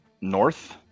north